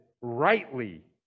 rightly